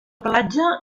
pelatge